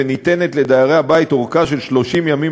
וניתנת לדיירי הבית ארכה של 30 ימים